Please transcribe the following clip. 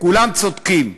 כולם צודקים.